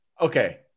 Okay